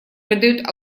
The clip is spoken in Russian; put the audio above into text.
придает